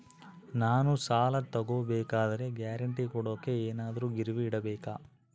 ನಾನು ಸಾಲ ತಗೋಬೇಕಾದರೆ ಗ್ಯಾರಂಟಿ ಕೊಡೋಕೆ ಏನಾದ್ರೂ ಗಿರಿವಿ ಇಡಬೇಕಾ?